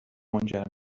منجر